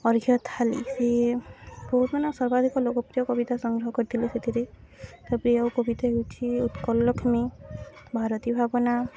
ଅର୍ଘ୍ୟଥାଳୀ ସିଏ ପୁ ମାନ ସର୍ବାଧିକ ଲୋକପ୍ରିୟ କବିତା ସଂଗ୍ରହ କରିଥିଲେ ସେଥିରେ କବିତା ହେଉଛିି ଉତ୍କଳ ଲକ୍ଷ୍ମୀ ଭାରତୀ ଭାବନା